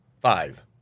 Five